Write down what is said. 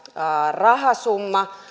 rahasumma